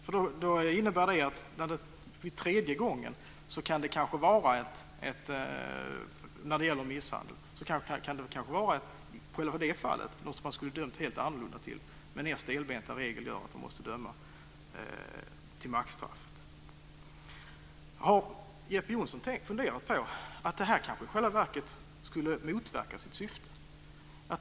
I ett misshandelsfall skulle man tredje gången kanske döma helt annorlunda om man inte tvingades följa en stelbent regel som skulle leda till maxstraff. Har Jeppe Johnsson funderat över att det här kanske i själva verket skulle motverka sitt syfte?